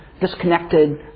disconnected